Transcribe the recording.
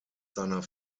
seiner